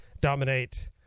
dominate